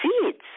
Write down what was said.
seeds